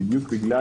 בדיוק בגלל